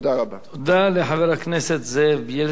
תודה לחבר הכנסת זאב בילסקי.